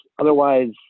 otherwise